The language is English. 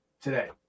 today